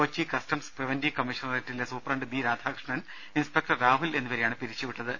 Kochi customs preventive കമ്മീഷണറേറ്റിലെ superintendent B Radhakrishnan inspector Rahul എന്നിവരെയാണ് പിരിച്ചുവിട്ടത്